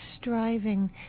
striving